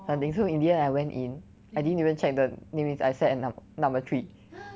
something so in the end I went in I didn't even check the the namelist I sat at num~ number three